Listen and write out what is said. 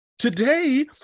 Today